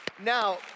Now